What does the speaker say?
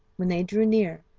when they drew near,